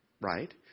Right